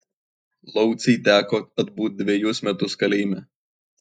laucei teko atbūt dvejus metus kalėjime